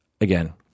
again